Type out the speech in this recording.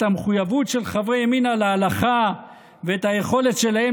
את המחויבות של חברי ימינה להלכה ואת היכולת שלהם